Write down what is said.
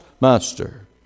master